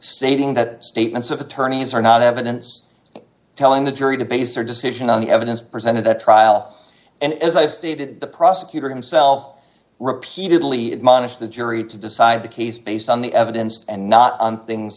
stating that statements of attorneys are not evidence telling the jury to base their decision on the evidence presented at trial and as i stated the prosecutor himself repeatedly admonish the jury to decide the case based on the evidence and not on things